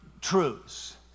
truths